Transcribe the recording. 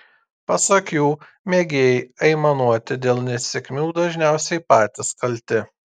pasak jų mėgėjai aimanuoti dėl nesėkmių dažniausiai patys kalti